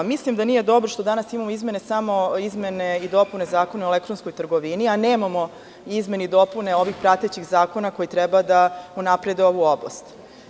Mislim da nije dobro što danas imamo samo izmene i dopune Zakona o elektronskoj trgovini, a nemamo izmene i dopune ovih pratećih zakona koji treba da unaprede ovu oblast.